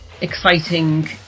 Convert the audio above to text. exciting